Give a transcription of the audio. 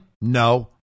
No